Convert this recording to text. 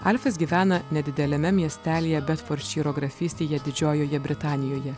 alfis gyvena nedideliame miestelyje bedfordšyro grafystėje didžiojoje britanijoje